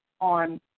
on